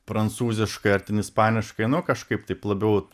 prancūziškai ar ten ispaniškai nu kažkaip taip labiau